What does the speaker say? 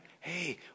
Hey